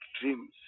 dreams